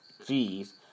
fees